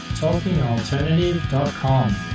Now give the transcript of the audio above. talkingalternative.com